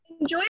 Enjoy